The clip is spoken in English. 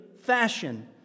fashion